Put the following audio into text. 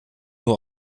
nur